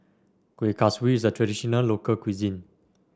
Kuih Kaswi is a traditional local cuisine